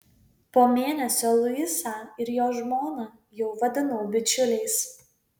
po mėnesio luisą ir jo žmoną jau vadinau bičiuliais